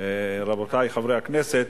רבותי חברי הכנסת,